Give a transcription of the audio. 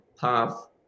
path